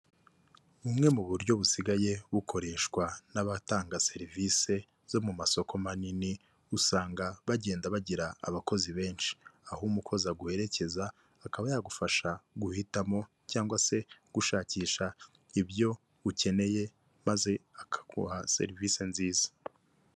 Bumwe mu buryo busigaye bukoreshwa n'abatanga serivisi zo mu masoko manini, usanga bagenda bagira abakozi benshi aho umukozi aguherekeza akaba yagufasha guhitamo cyangwa se gushakisha ibyo ukeneye maze akaguha serivisi nziza.